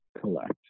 collect